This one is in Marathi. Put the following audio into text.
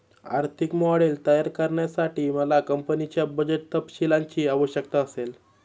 आर्थिक मॉडेल तयार करण्यासाठी मला कंपनीच्या बजेट तपशीलांची आवश्यकता असेल